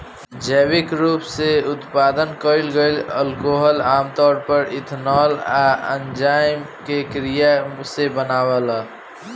जैविक रूप से उत्पादन कईल गईल अल्कोहल आमतौर पर एथनॉल आ एन्जाइम के क्रिया से बनावल